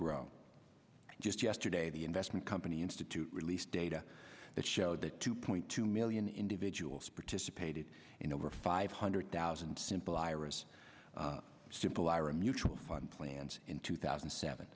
grow just yesterday the investment company institute released data that showed that two point two million individuals participated in over five hundred thousand simple iris simple ira mutual fund plans in two thousand and seven